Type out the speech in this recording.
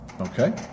Okay